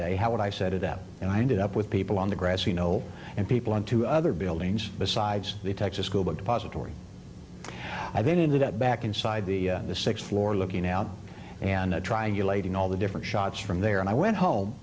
day how would i set it up and i ended up with people on the grassy knoll and people into other buildings besides the texas schoolbook depository i then ended up back inside the sixth floor looking out and trying you laid in all the different shots from there and i went home